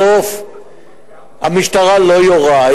בסוף המשטרה לא יורה,